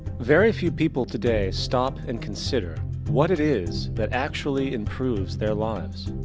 very few people today stop and consider what it is that actually improves their lives.